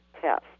test